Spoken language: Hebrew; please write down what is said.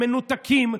מנותקים,